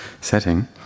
setting